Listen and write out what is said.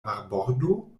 marbordo